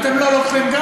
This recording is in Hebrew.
גם אתם לא לוקחים?